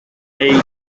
eight